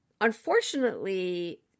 unfortunately